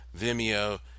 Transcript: vimeo